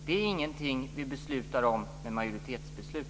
Det är ingenting som vi beslutar om med majoritetsbeslut.